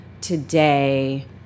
today